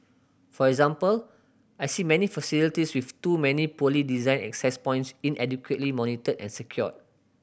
for example I see many facilities with too many poorly designed access points inadequately monitored and secured